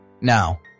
Now